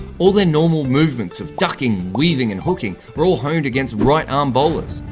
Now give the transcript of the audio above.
all their normal movements of ducking, weaving, and hooking were all honed against right arm bowlers.